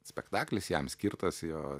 spektaklis jam skirtas jo